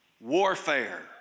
warfare